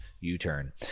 U-turn